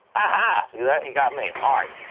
aha! see that you got me! all right,